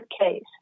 case